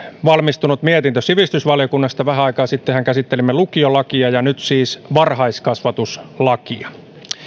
valmistunut mietintö sivistysvaliokunnasta vähän aikaa sittenhän käsittelimme lukiolakia ja nyt siis käsittelemme varhaiskasvatuslakia